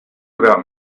about